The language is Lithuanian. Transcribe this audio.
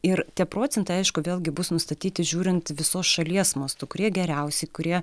ir tie procentai aišku vėlgi bus nustatyti žiūrint visos šalies mastu kurie geriausi kurie